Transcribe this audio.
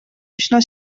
üsna